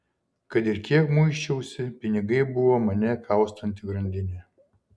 kad ir kiek muisčiausi pinigai buvo mane kaustanti grandinė